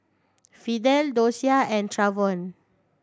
Fidel Dosia and Travon